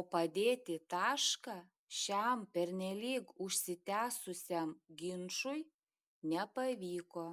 o padėti tašką šiam pernelyg užsitęsusiam ginčui nepavyko